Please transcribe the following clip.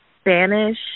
Spanish